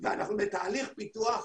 ואנחנו בתהליך פיתוח